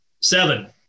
Seven